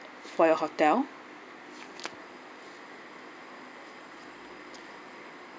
for your hotel